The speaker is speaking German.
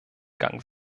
gang